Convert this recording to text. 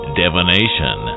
divination